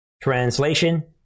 translation